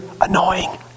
annoying